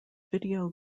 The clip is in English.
video